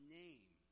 name